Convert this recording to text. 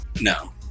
no